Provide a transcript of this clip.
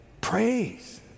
praise